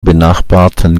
benachbarten